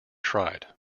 tried